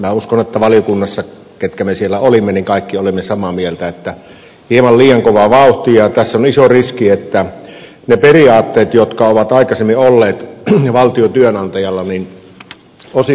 minä uskon että valiokunnassa ketkä me siellä olimme kaikki olimme samaa mieltä että hieman liian kova vauhti ja tässä on iso riski että ne periaatteet jotka ovat aikaisemmin olleet valtiotyönantajalla osin murenevat